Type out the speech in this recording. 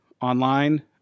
online